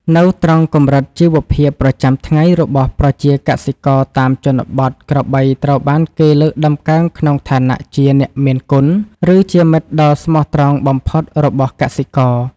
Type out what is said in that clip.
នៅក្នុងកម្រិតជីវភាពប្រចាំថ្ងៃរបស់ប្រជាកសិករតាមជនបទ ក្របីត្រូវបានគេលើកតម្កើងក្នុងឋានៈជា អ្នកមានគុណ ឬជាមិត្តដ៏ស្មោះត្រង់បំផុតរបស់កសិករ។